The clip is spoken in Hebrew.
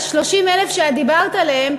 ה-30,000 שדיברת עליהם,